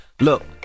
look